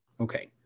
Okay